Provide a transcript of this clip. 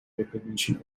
recognition